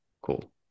Cool